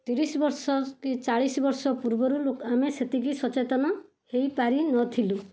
ତିରିଶବର୍ଷ କି ଚାଳିଶବର୍ଷ ପୂର୍ବରୁ ଆମେ ସେତିକି ସଚେତନ ହେଇପାରିନଥିଲୁ